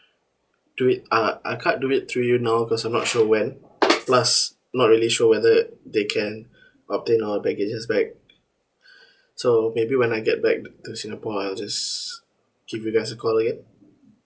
do it uh I can't do it through you now because I'm not sure when plus not really sure whether they can obtain our baggages back so maybe when I get back to to singapore I will just give you guys a call again